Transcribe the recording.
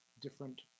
different